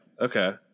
Okay